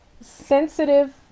sensitive